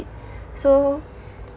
so